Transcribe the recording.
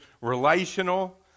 relational